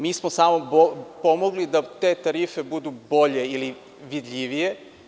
Mi smo samo pomogli da te tarife budu bolje ili vidljivije.